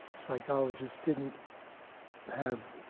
psychologists didn't have